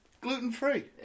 gluten-free